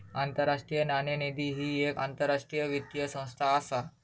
आंतरराष्ट्रीय नाणेनिधी ही येक आंतरराष्ट्रीय वित्तीय संस्था असा